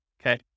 okay